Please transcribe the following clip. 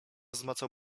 zmacał